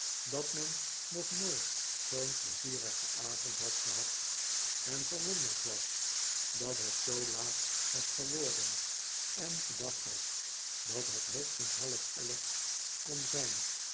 dat men nog nobit zoo'n pleizierigen avond had gehad en verwonderd was dat het zoo laat was geworden en gedacht had dat het hoogstens half elf kon zijn